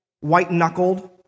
white-knuckled